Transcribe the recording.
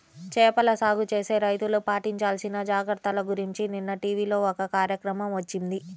చేపల సాగు చేసే రైతులు పాటించాల్సిన జాగర్తల గురించి నిన్న టీవీలో ఒక కార్యక్రమం వచ్చింది